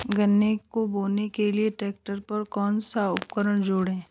गन्ने को बोने के लिये ट्रैक्टर पर कौन सा उपकरण जोड़ें?